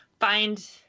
find